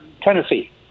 Tennessee